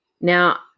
Now